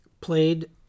Played